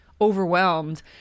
overwhelmed